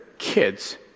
Kids